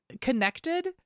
connected